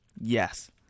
Yes